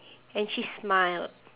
and she smiled